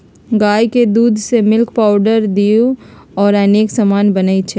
गाई के दूध से मिल्क पाउडर घीउ औरो अनेक समान बनै छइ